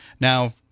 Now